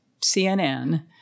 cnn